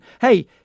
hey